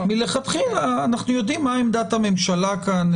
מלכתחילה אנחנו יודעים מהי עמדת הממשלה כאן,